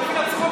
אורנה?